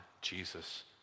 Jesus